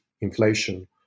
inflation